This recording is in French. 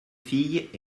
filles